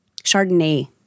Chardonnay